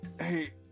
Hey